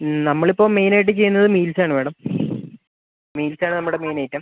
നമ്മളിപ്പം മെയിനായിട്ട് ചെയ്യുന്നത് മീൽസാണ് മാഡം മീൽസാണ് നമ്മുടെ മെയിൻ ഐറ്റം